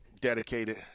dedicated